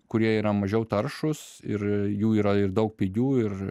kurie yra mažiau taršūs ir jų yra ir daug pigių ir